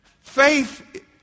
Faith